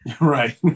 Right